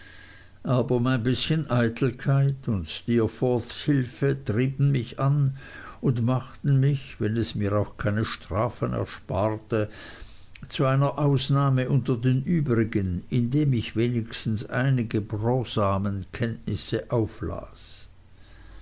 aber meine bißchen eitelkeit und steerforths hilfe trieben mich an und machten mich wenn es mir auch keine strafen ersparte zu einer ausnahme unter den übrigen indem ich wenigstens einige brosamen kenntnisse auflas